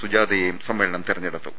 സുജാതയേയും സമ്മേളനം തെരഞ്ഞെ ടുത്തു